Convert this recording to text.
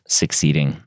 succeeding